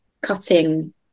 cutting